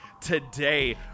today